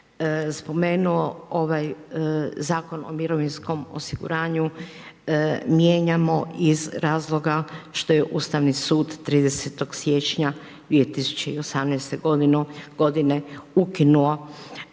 spomenuo ovaj Zakon o mirovinskom osiguranju, mijenjamo iz razloga, što je Ustavni sud 30. siječnja 2018. g. ukinuo